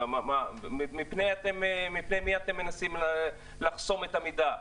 מפני מי אתם מנסים לחסום את המידע?